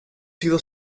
sido